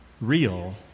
real